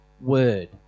word